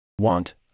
want